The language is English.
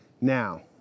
Now